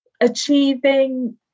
achieving